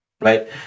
Right